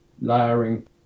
layering